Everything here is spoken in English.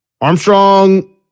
Armstrong